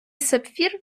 сапфір